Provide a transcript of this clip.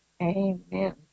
Amen